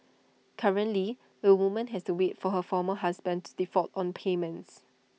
currently A woman has to wait for her former husband to default on payments